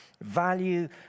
value